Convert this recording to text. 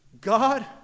God